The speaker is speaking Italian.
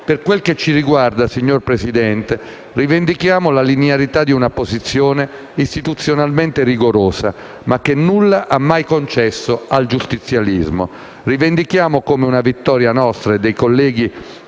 Per quel che ci riguarda, signor Presidente, rivendichiamo la linearità di una posizione istituzionalmente rigorosa, ma che nulla ha mai concesso al giustizialismo. Rivendichiamo come una vittoria nostra e dei colleghi